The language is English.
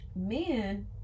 men